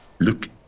look